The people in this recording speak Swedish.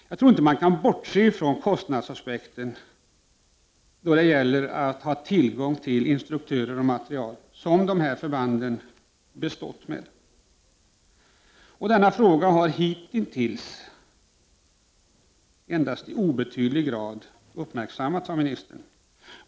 Jag tror inte att man kan bortse från kostnadsaspekten då det gäller att ha tillgång till instruktörer och material, som dessa förband har bistått med. Denna fråga har hitintills endast i obetydlig grad uppmärksammats av ministern.